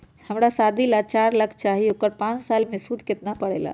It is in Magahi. हमरा शादी ला चार लाख चाहि उकर पाँच साल मे सूद कितना परेला?